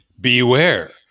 beware